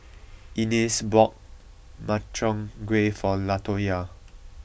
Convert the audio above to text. Inez bought Makchang Gui for Latoyia